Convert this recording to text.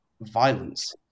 violence